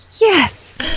Yes